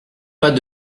pas